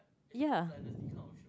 ya